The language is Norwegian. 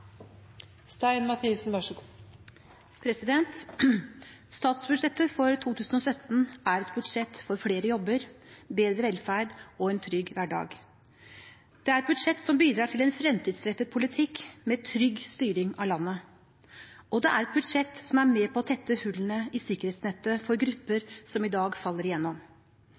1 pst. bistand. Så – til representanten Hareide – vi er vel ikke akkurat ukjent med begrepet ultimatum i budsjettsammenheng. Statsbudsjettet for 2017 er et budsjett for flere jobber, bedre velferd og en trygg hverdag. Det er et budsjett som bidrar til en fremtidsrettet politikk med trygg styring av landet, og det er et budsjett som er med på å tette hullene i sikkerhetsnettet for grupper